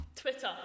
Twitter